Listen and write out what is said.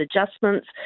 adjustments